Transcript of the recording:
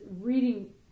reading